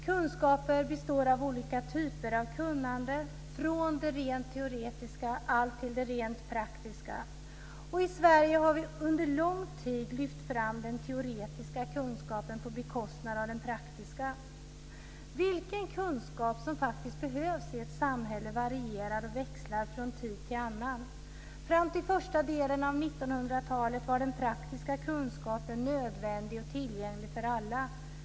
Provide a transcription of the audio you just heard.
Kunskaper består av olika typer av kunnande, från det rent teoretiska till det rent praktiska. I Sverige har vi under lång tid lyft fram den teoretiska kunskapen på bekostnad av den praktiska. Vilken kunskap som faktiskt behövs i ett samhälle varierar och växlar från tid till annan. Fram till första delen av 1900-talet var den praktiska kunskapen nödvändig och tillgänglig för alla.